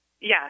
Yes